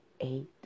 eight